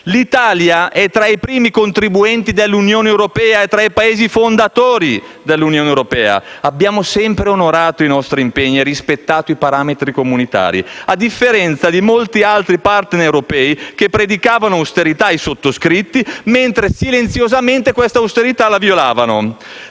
L'Italia è tra i primi contribuenti dell'Unione europea e tra i Paesi fondatori dell'Unione europea. Abbiamo sempre onorato i nostri impegni e rispettato i parametri comunitari, a differenza di molti altri *partner* europei che predicavano austerità ai sottoscritti mentre silenziosamente questa austerità la violavano.